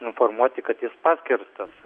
informuoti kad jis paskerstas